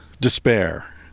despair